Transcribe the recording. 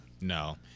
no